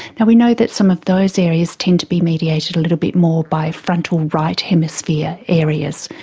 now we know that some of those areas tend to be mediated a little bit more by frontal right hemisphere areas.